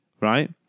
right